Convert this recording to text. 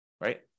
right